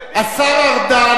השר ארדן,